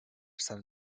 sant